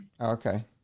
Okay